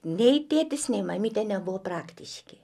nei tėtis nei mamytė nebuvo praktiški